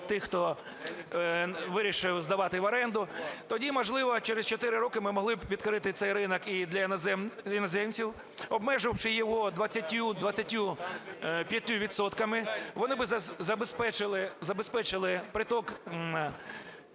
тих, хто вирішив здавати в оренду, тоді, можливо, через 4 роки ми могли б відкрити цей ринок і для іноземців, обмеживши його 20-25 відсотками. Вони би забезпечили приток